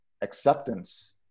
acceptance